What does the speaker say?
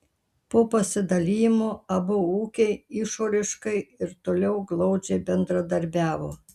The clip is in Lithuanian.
po pasidalijimo abu ūkiai išoriškai ir toliau glaudžiai bendradarbiavo